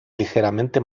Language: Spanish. ligeramente